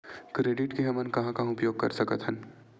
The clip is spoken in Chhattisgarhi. क्रेडिट के हमन कहां कहा उपयोग कर सकत हन?